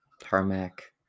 Tarmac